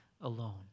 alone